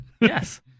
Yes